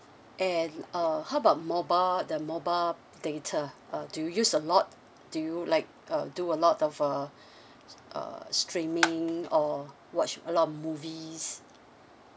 and uh how about mobile the mobile data uh do you use a lot do you like uh do a lot of a uh streaming or watch a lot of movies